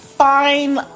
fine